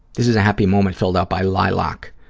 this is a happy moment filled out by lilac,